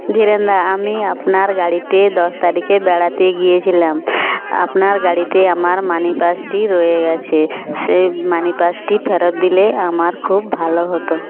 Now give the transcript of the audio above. ধীরেনদা আমি আপনার গাড়িতে দশ তারিখে বেড়াতে গিয়েছিলাম আপনার গাড়িতে আমার মানি পার্সটি রয়ে গেছে সেই মানি পার্সটি ফেরত দিলে আমার খুব ভালো হতো